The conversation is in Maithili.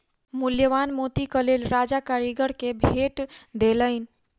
मूल्यवान मोतीक लेल राजा कारीगर के भेट देलैन